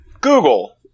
Google